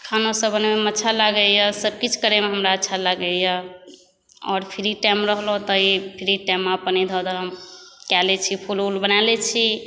खाना सब बनबैमे अच्छा लागैया सबकिछु करैमे हमरा अच्छा लागैया और फ्री टाइम रहल तऽ अपन ई फ्री टाइममे अपन इधर उधर कए लेइ छी